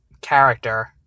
character